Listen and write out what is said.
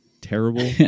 terrible